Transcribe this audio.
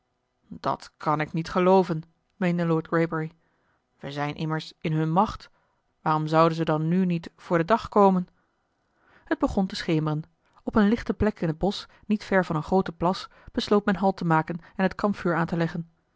dat kan ik niet gelooven meende lord greybury we zijn immers in hunne macht waarom zouden ze dan nu niet voor den dag komen t begon te schemeren op eene lichte plek in het bosch niet ver eli heimans willem roda van een grooten plas besloot men halt te maken en het kampvuur aan te leggen